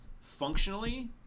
functionally